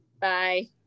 Bye